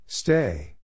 Stay